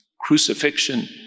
crucifixion